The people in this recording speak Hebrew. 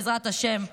בעזרת השם,